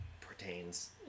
pertains